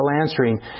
answering